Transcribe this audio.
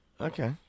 Okay